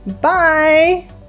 Bye